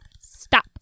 stop